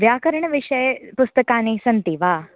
व्याकरणविषये पुस्तकानि सन्ति वा